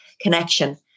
connection